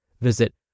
Visit